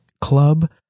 club